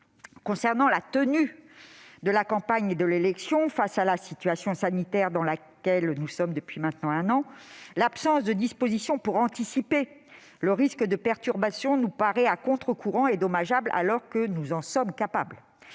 concernant la tenue de la campagne et de l'élection, face à la situation sanitaire dans laquelle nous sommes depuis maintenant un an, l'absence de dispositions pour anticiper les risques de perturbation nous paraît à contre-courant et dommageable. Nous sommes pourtant